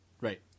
Right